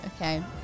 Okay